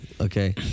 okay